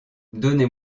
donnez